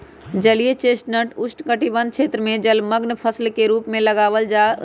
जलीय चेस्टनट उष्णकटिबंध क्षेत्र में जलमंग्न फसल के रूप में उगावल जा सका हई